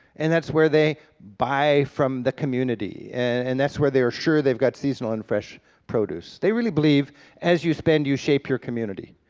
and that's where they buy from the community, and and that's where they're sure they've got seasonal and fresh produce. they really believe as you spend you shape your community,